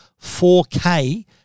4K